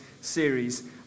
series